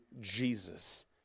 Jesus